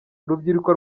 urubyiruko